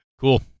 Cool